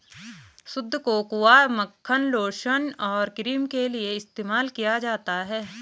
शुद्ध कोकोआ मक्खन लोशन और क्रीम के लिए इस्तेमाल किया जाता है